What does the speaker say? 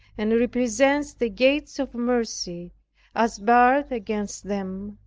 and represents the gates of mercy as barred against them,